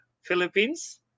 Philippines